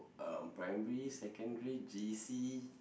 uh primary secondary J_C